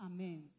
Amen